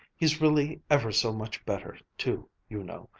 he's really ever so much better too, you know.